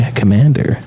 commander